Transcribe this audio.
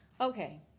Okay